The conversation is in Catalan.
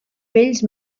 vells